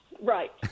right